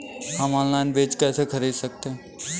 हम ऑनलाइन बीज कैसे खरीद सकते हैं?